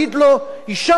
אדוני ראש הממשלה,